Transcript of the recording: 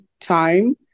time